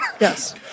Yes